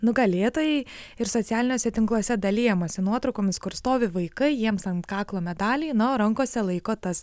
nugalėtojai ir socialiniuose tinkluose dalijamasi nuotraukomis kur stovi vaikai jiems ant kaklo medalį na o rankose laiko tas